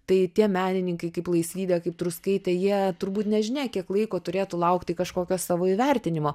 tai tie menininkai kaip laisvydė kaip truskaitė jie turbūt nežinia kiek laiko turėtų laukti kažkokio savo įvertinimo